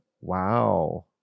Wow